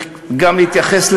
וגם להתייחס,